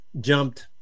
jumped